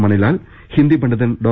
മണിലാൽ ഹിന്ദി പണ്ഡിതൻ ഡോ